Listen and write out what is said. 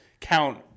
count